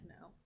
no